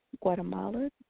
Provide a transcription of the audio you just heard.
Guatemala